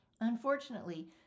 Unfortunately